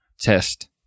test